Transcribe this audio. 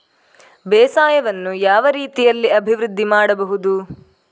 ಬೇಸಾಯವನ್ನು ಯಾವ ರೀತಿಯಲ್ಲಿ ಅಭಿವೃದ್ಧಿ ಮಾಡಬಹುದು?